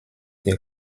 des